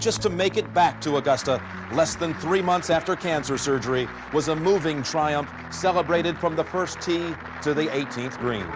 just to make it back to augusta less than three months after cancer surgery was a moving triumph. celebrated from the first tee to the eighteenth green.